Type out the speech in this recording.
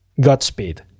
Godspeed